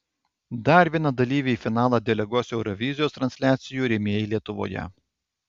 dar vieną dalyvį į finalą deleguos eurovizijos transliacijų rėmėjai lietuvoje